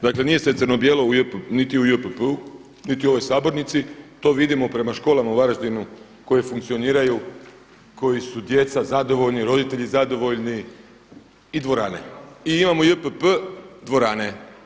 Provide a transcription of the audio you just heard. Dakle nije sve crno-bijelo niti u JPP-u niti u ovoj sabornici, to vidimo prema školama u Varaždinu koji funkcioniraju, koji su djeca zadovoljni, roditelji zadovoljni i dvorane i imamo JPP dvorane.